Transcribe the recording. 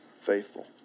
faithful